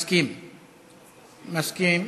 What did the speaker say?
מסכימים.